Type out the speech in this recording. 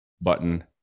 button